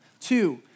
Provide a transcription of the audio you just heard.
Two